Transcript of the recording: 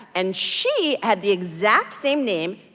and she had the exact same name,